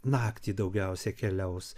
naktį daugiausia keliaus